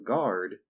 Guard